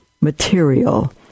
material